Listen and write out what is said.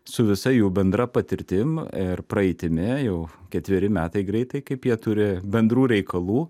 su visa jų bendra patirtim ir praeitimi jau ketveri metai greitai kaip jie turi bendrų reikalų